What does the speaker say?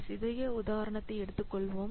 ஒரு சிறிய உதாரணத்தை எடுத்துக் கொள்வோம்